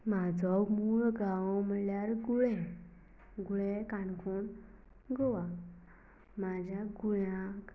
म्हजो मुळगांव म्हणल्यार कुळें कुळें काणकोण गोवा म्हज्या कुळाक